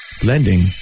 Blending